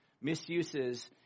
misuses